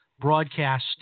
broadcast